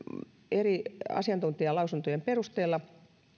eri asiantuntijalausuntojen perusteella